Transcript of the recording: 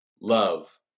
love